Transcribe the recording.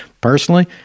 Personally